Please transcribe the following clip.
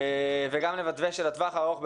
וגם למתווה של הטווח הארוך,